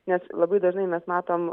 nes labai dažnai mes matom